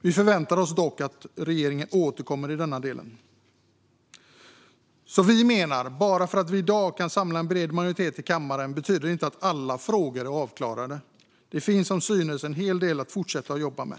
Vi förväntar oss dock att regeringen återkommer i den delen. Bara för att vi i dag kan samla en bred majoritet i kammaren är inte alla frågor avklarade. Det finns som synes en hel del att fortsätta jobba med.